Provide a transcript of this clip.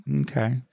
Okay